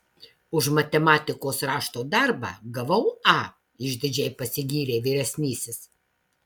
už matematikos rašto darbą gavau a išdidžiai pasigyrė vyresnysis